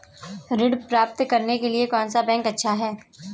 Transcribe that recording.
ऋण प्राप्त करने के लिए कौन सा बैंक अच्छा है?